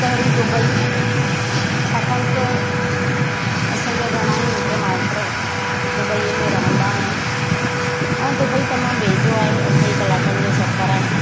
पहिरीं दुबई छाकाणि त असांजा घणाई मिट माइट दुबईअ में रहंदा आहिनि ऐं दुबई तमामु वेझो आहे अढाई कलाकनि जो सफ़रु आहे